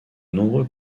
nombreux